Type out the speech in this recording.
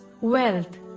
wealth